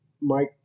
Mike